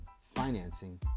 financing